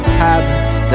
habits